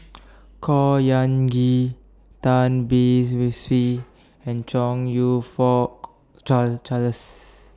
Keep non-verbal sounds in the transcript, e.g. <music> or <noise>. Khor Ean Ghee Tan Beng IS Swee and Chong YOU Fook <noise> Char Charles